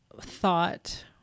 thought